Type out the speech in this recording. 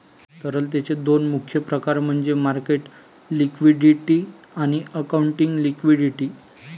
तरलतेचे दोन मुख्य प्रकार म्हणजे मार्केट लिक्विडिटी आणि अकाउंटिंग लिक्विडिटी